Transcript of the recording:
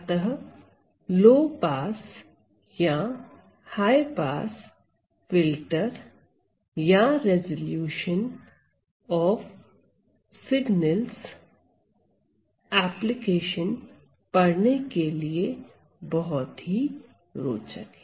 अतः low pass या high pass filter या रेजोल्यूशन ऑफ सिग्नल्स एप्लीकेशन पढ़ने के लिए बहुत ही रोचक है